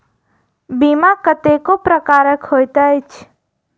बीमा कतेको प्रकारक होइत अछि